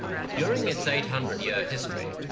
during its eight hundred year history,